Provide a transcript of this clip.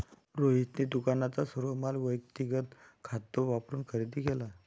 रोहितने दुकानाचा सर्व माल व्यक्तिगत खात वापरून खरेदी केला